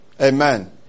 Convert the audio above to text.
Amen